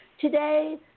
Today